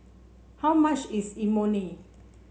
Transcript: how much is Imoni